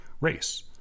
race